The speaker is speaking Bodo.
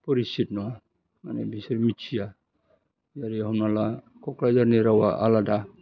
परिसित नङा माने बिसोर मिथिया जेरै हमना ला क'क्राझारनि रावआ आलादा